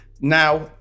now